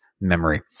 memory